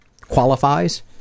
qualifies